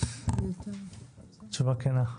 תשובה כנה.